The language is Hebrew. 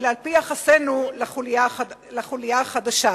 אלא על-פי יחסנו לחוליה החלשה.